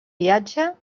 viatge